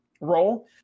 role –